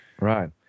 Right